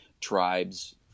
tribes